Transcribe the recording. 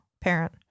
parent